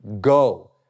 go